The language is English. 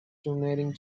donating